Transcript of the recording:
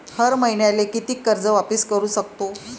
हर मईन्याले कितीक कर्ज वापिस करू सकतो?